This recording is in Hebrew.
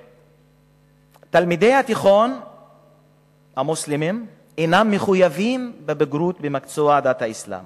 תלמידי התיכון המוסלמים אינם מחויבים בבגרות במקצוע דת האסלאם